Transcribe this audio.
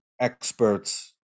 experts